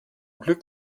glück